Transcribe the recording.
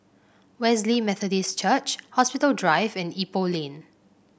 Wesley Methodist Church Hospital Drive and Ipoh Lane